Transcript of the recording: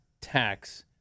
tax